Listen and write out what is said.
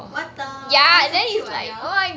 what the that's so cute eh they all